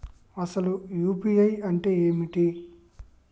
అసలు యూ.పీ.ఐ అంటే ఏమిటి?